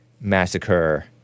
massacre